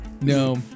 No